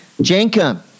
Jankum